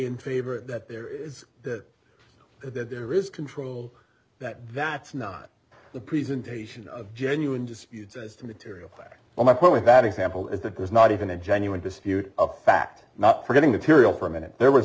in favor of that there is that there is control that vats not the presentation of genuine disputes as to materially well my point with that example is that there's not even a genuine dispute of fact not forgetting the tiriel for a minute there was